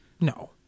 No